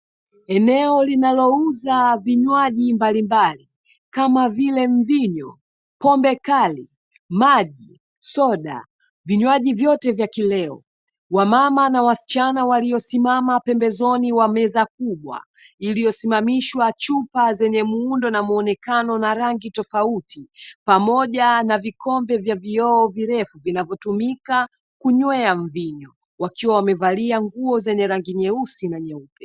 Eneo linalouza vinywaji mbalimbali kama vile: mvinyo, pombe kali, maji, soda vinywaji vyote vya kileo wamama na wasichana waliosimama pembezoni mwa meza kubwa iliyosimamishwa chupa zenye muundo na muonekano na rangi tofauti, pamoja na vikombe vya vioo virefu vinavyotumika kunywea mvinyo, wakiwa wamevalia nguo zenye rangi nyeusi na nyeupe.